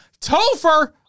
Topher